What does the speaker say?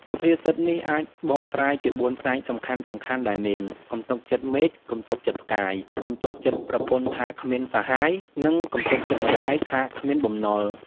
សុភាសិតនេះអាចបកស្រាយជាបួនផ្នែកសំខាន់ៗដែលមាន៖ កុំទុកចិត្តមេឃ កុំទុកចិត្តផ្កាយ កុំទុកចិត្តប្រពន្ធថាគ្មានសហាយ និងកុំទុកចិត្តម្តាយថាគ្មានបំណុល។